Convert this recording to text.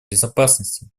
безопасности